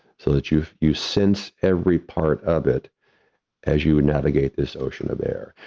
so that you you sense every part of it as you navigate this ocean of air.